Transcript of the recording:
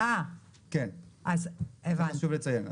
חשוב לציין.